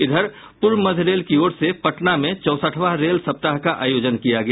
इधर पूर्व मध्य रेल की ओर से पटना में चौसठवां रेल सप्ताह का आयोजन किया गया